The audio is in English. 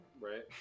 Right